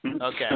Okay